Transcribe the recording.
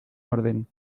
orden